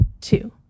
two